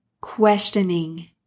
questioning